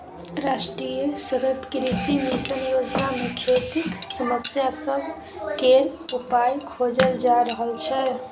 राष्ट्रीय सतत कृषि मिशन योजना मे खेतीक समस्या सब केर उपाइ खोजल जा रहल छै